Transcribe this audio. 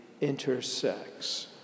intersects